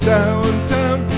Downtown